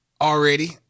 already